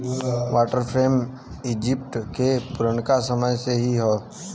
water frame Egypt के पुरनका समय से ही हौ